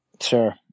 Sure